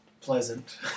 pleasant